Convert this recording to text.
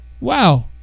Wow